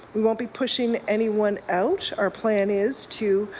we won't be pushing anyone out. our plan is to